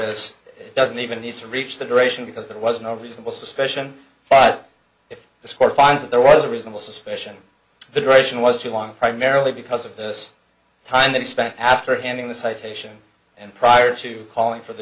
this doesn't even need to reach the duration because there was no reasonable suspicion if the court finds that there was a reasonable suspicion the duration was too long primarily because of this time they spent after handing the citation and prior to calling for the